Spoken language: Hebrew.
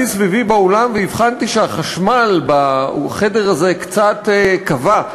סביבי באולם והבחנתי שהחשמל בחדר הזה קצת כבה.